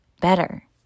better